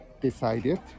decided